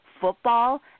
football